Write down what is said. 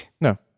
No